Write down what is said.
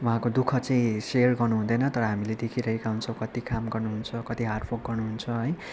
उहाँको दुःख चाहिँ सेयर गर्नुहुँदैन तर हामीले देखिरहेका हुन्छौँ कति काम गर्नुहुन्छ कति हार्डवर्क गर्नुहुन्छ है